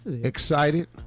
excited